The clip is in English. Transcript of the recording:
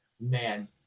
man